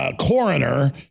coroner